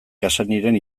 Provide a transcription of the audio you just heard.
cassanyren